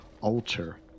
alter